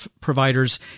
providers